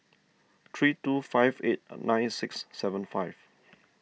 three two five eight nine six seven five